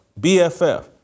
BFF